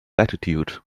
latitude